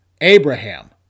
Abraham